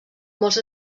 molts